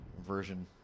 version